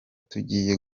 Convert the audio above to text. tugiye